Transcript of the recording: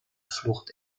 flucht